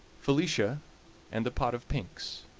felicia and the pot of pinks